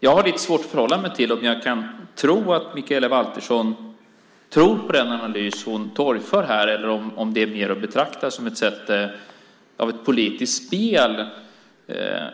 Jag har lite svårt att veta om jag ska tro på att Mikaela Valtersson tror på den analys hon torgför här eller om det hon säger är mer att betrakta som ett politiskt spel. En